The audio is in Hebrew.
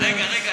רגע.